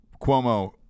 Cuomo